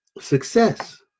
success